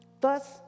Thus